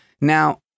Now